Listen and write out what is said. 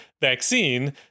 vaccine